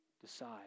decide